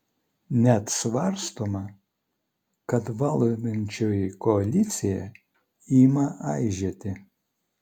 net svarstoma kad valdančioji koalicija ima aižėti